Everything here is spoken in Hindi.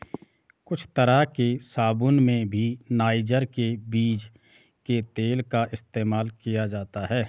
कुछ तरह के साबून में भी नाइजर के बीज के तेल का इस्तेमाल किया जाता है